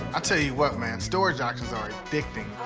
i tell you what, man, storage lockers are addicting.